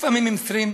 לפעמים עם 20,